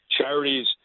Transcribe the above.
Charities